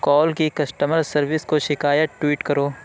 کال کی customer service کو شکایت ٹویٹ کرو